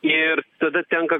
ir tada tenka